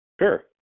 Sure